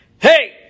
Hey